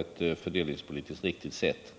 ett fördelningspolitiskt riktigt sätt.